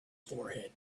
forehead